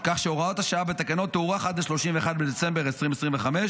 כך שהוראת השעה בתקנות תוארך עד 31 בדצמבר 2025,